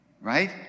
right